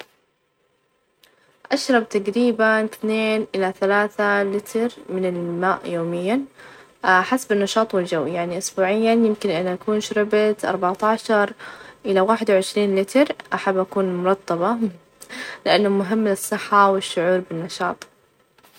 أشرب تقريبًا إثنين إلى ثلاثة لتر من الماء يوميًا حسب النشاط، والجو، يعني أسبوعيًا يمكن أنا أكون شربت أربعة عشر إلى واحد وعشرين لتر، أحب أكون مرطبة لإنه مهم للصحة ،والشعور بالنشاط.